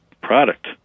product